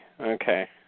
Okay